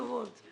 כל הכבוד.